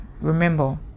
remember